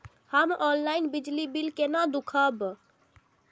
हम ऑनलाईन बिजली बील केना दूखमब?